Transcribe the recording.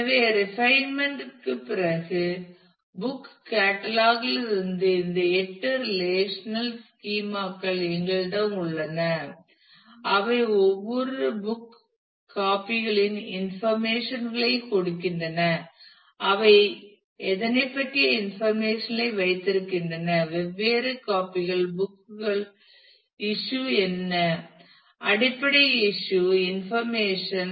எனவே ரிபைன்மென்ட் பிறகு book catalogue லில் இருந்து இந்த எட்டு ரெலேஷனல் ஸ்கீமா கள் எங்களிடம் உள்ளன அவை ஒவ்வொரு புக் காபி களின் இன்ஃபர்மேஷன் களையும் கொடுக்கின்றன அவை எதனை பற்றிய இன்ஃபர்மேஷன் களை வைத்திருக்கின்றன வெவ்வேறு காபி கள் புக் இஸ்யூ என்ன அடிப்படை இஸ்யூ இன்ஃபர்மேஷன்